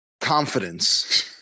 confidence